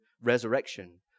resurrection